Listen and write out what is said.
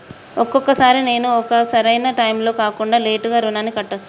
ఒక్కొక సారి నేను ఒక సరైనా టైంలో కాకుండా లేటుగా రుణాన్ని కట్టచ్చా?